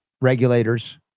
regulators